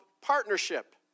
partnership